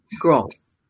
girls